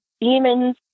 demons